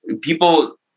people